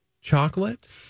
chocolate